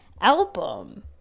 album